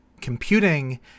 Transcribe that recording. computing